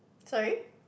sorry